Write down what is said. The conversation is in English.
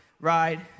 ride